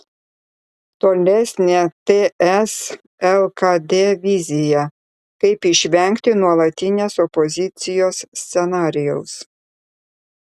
tolesnė ts lkd vizija kaip išvengti nuolatinės opozicijos scenarijaus